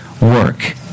work